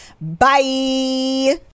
bye